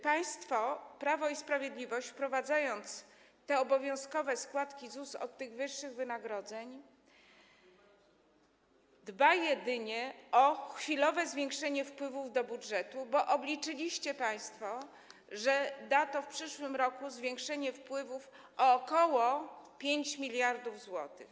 Państwo, Prawo i Sprawiedliwość, wprowadzając obowiązkowe składki ZUS od wyższych wynagrodzeń dba jedynie o chwilowe zwiększenie wpływów do budżetu, bo obliczyliście państwo, że da to w przyszłym roku zwiększenie wpływów o ok. 5 mld zł.